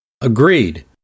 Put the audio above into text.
Agreed